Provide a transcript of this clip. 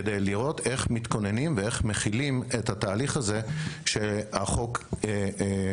כדי לראות איך מתכוננים ואיך מחילים את התהליך הזה שהחוק החיל.